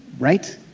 right?